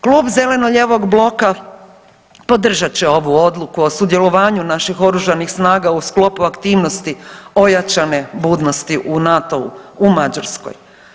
Klub zeleno-lijevog bloka podržat će ovu odluku o sudjelovanju naših Oružanih snaga u sklopu aktivnosti ojačane budnosti u NATO-u u Mađarskoj.